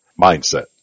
mindset